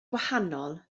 gwahanol